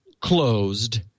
closed